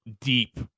deep